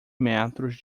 metros